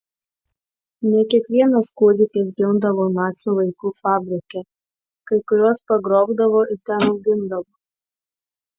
ne kiekvienas kūdikis gimdavo nacių vaikų fabrike kai kuriuos pagrobdavo ir ten augindavo